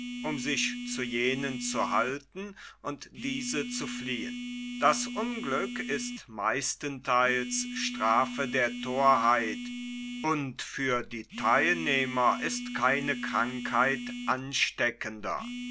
um sich zu jenen zu halten und diese zu fliehen das unglück ist meistentheils strafe der thorheit und für die theilnahme ist keine krankheit ansteckender